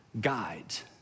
guides